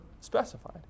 specified